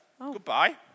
Goodbye